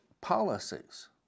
policies